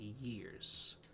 years